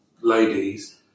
ladies